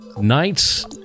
nights